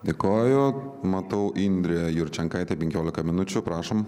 dėkoju matau indrė jurčenkaitė penkiolika minučių prašom